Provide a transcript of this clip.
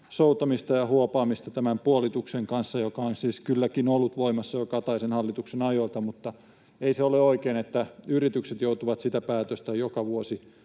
soutamista ja huopaamista tämän puolituksen kanssa — joka on siis kylläkin ollut voimassa jo Kataisen hallituksen ajoilta, mutta ei se ole oikein, että yritykset joutuvat sitä päätöstä joka vuosi